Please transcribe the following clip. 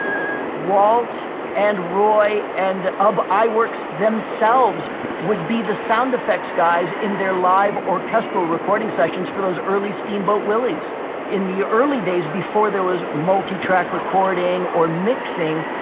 walt and roy and ub iwerks themselves would be the sound effects guy in their live orchestral recording sessions for those early steamboat willies in the early days before there was multi-track recording or mixing,